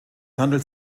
handelt